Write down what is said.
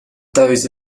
dose